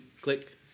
click